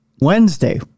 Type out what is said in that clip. Wednesday